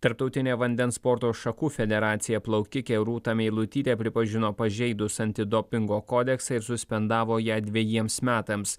tarptautinė vandens sporto šakų federacija plaukikę rūtą meilutytę pripažino pažeidus antidopingo kodeksą ir suspendavo ją dvejiems metams